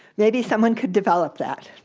maybe someone could develop that.